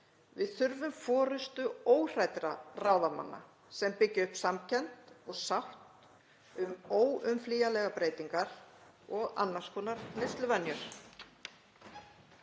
Við þurfum forystu óhræddra ráðamanna sem byggja upp samkennd og sátt um óumflýjanlegar breytingar og annars konar neysluvenjur.